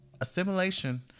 assimilation